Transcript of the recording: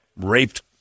raped